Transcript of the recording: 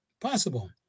possible